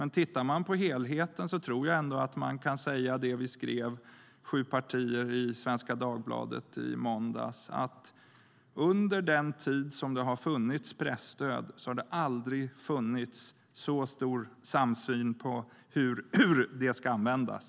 Men tittar man på helheten tror jag ändå att man kan säga det som vi sju partier skrev i Svenska Dagbladet i måndags, nämligen att det under den tid det har funnits presstöd aldrig har rått så stor samsyn om hur det ska användas.